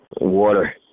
water